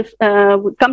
come